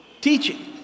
teaching